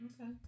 Okay